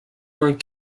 vingt